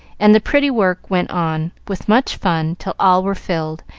and the pretty work went on, with much fun, till all were filled,